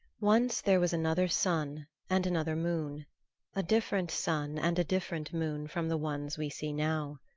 once there was another sun and another moon a different sun and a different moon from the ones we see now.